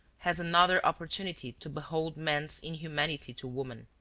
has another opportunity to behold man's inhumanity to woman.